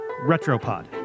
Retropod